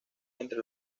entre